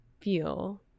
feel